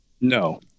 No